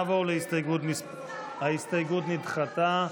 ההסתייגות נדחתה.